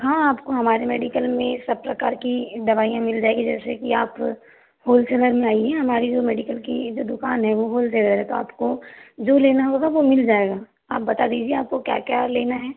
हाँ आपको हमारे मेडिकल में सब प्रकार की दवाइयाँ मिल जाएंगी जैसे कि आप होलसेलर में आइ हैं हमारी जो मेडिकल की जो दुकान है वो होलसेलर है तो आपको जो लेना होगा वह मिल जाएगा आप बता दीजिए आपको क्या क्या लेना है